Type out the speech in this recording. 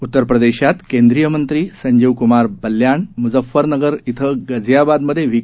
उत्तरप्रदेशात केंद्रीय मंत्री संजीव कुमार बल्याण मुजफ्फरनगर इथं गाझियाबादमध्ये व्ही